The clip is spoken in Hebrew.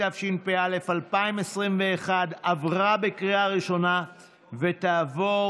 התשפ"א 2021, עברה בקריאה ראשונה ותעבור